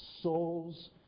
souls